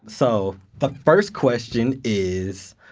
so the first question is,